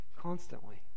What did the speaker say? constantly